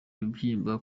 ibibyimba